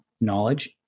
knowledge